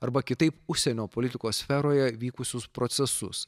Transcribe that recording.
arba kitaip užsienio politikos sferoje vykusius procesus